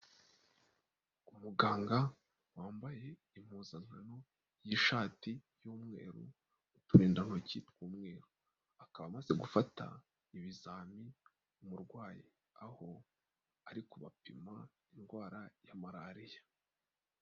Umuganga wambaye impuzankano y'ishati y'umweru, uturindantoki tw'umweru, akaba amaze gufata ibizami umurwayi, aho ari kubapima indwara ya malariya.